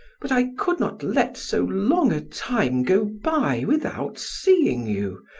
but i could not let so long a time go by without seeing you,